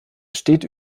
steht